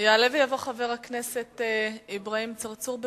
יעלה ויבוא חבר הכנסת אברהים צרצור.